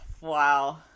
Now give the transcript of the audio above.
wow